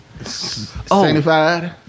sanctified